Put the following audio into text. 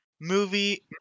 movie